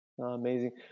amazing